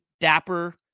Dapper